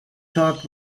talked